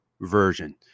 version